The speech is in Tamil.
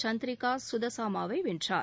சந்திரிகா சுதசாமாவை வென்றார்